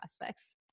prospects